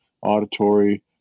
auditory